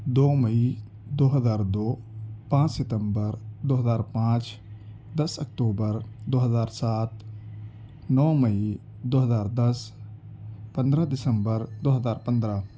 دو مئی دو ہزار دو پانچ ستمبر دو ہزار پانچ دس اکتوبر دو ہزار سات نو مئی دو ہزار دس پندرہ دسمبر دو ہزار پندرہ